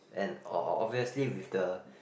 and o~ obviously with the